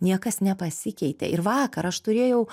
niekas nepasikeitė ir vakar aš turėjau